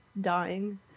dying